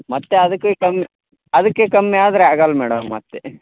ಮತ್ತೆ ಅದಕ್ಕು ಕಮ್ಮಿ ಅದಕ್ಕು ಕಮ್ಮಿ ಆದರೆ ಆಗಲ್ಲ ಮೇಡಮ್ ಮತ್ತೆ